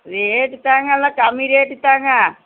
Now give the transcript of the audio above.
rate தாங்க எல்லாம் கம்மி ரேட்டு தாங்க